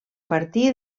partir